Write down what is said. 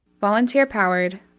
Volunteer-powered